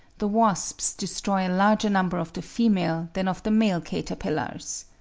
the wasps destroy a larger number of the female than of the male caterpillars.